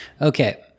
Okay